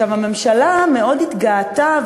הממשלה מאוד התגאתה,